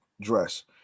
dress